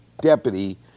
deputy